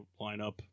lineup